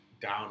down